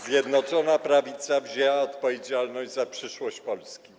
Zjednoczona Prawica wzięła odpowiedzialność za przyszłość Polski.